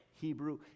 Hebrew